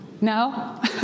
No